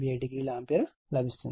87o ampere లభిస్తుంది